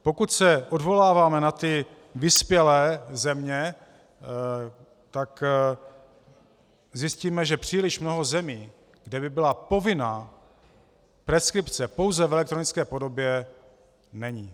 Pokud se odvoláváme na vyspělé země, tak zjistíme, že příliš mnoho zemí, kde by byla povinná preskripce pouze v elektronické podobě, není.